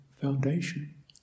foundation